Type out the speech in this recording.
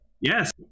Yes